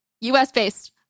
US-based